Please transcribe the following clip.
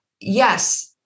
yes